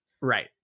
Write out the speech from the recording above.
right